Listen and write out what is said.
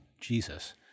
Jesus